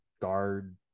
guard